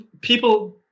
people